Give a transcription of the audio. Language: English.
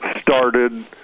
started